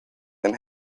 and